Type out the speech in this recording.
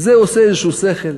זה עושה איזשהו שכל.